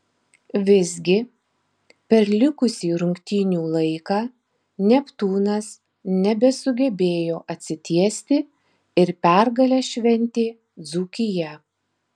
visgi per likusį rungtynių laiką neptūnas nebesugebėjo atsitiesti ir pergalę šventė dzūkija